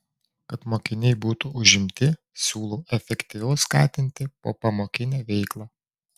kad mokiniai būtų užimti siūlau efektyviau skatinti popamokinę veiklą